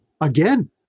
Again